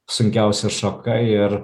sunkiausia šoką ir